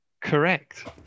Correct